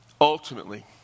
Ultimately